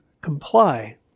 comply